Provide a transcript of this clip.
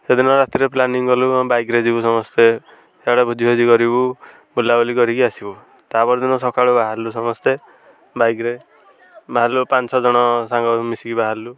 ସେଦିନ ରାତିରେ ପ୍ଲାନିଂ କଲୁ ବାଇକ୍ରେ ଯିବୁ ସମସ୍ତେ ସିଆଡ଼େ ଭୋଜିଫୋଜି କରିବୁ ବୁଲାବୁଲି କରିକି ଆସିବୁ ତା' ପରଦିନ ସକାଳୁ ବାହାରିଲୁ ସମସ୍ତେ ବାଇକ୍ରେ ବାହାରିଲୁ ପାଞ୍ଚ ଛଅ ଜଣ ସାଙ୍ଗ ମିଶିକି ବାହାରିଲୁ